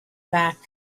back